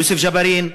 יוסף ג'בארין,